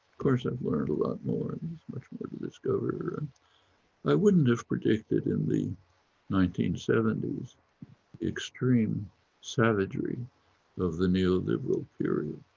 course i've learned a lot more there's and much more to discover. and i wouldn't have predicted in the nineteen seventy s extreme savagery of the new liberal period.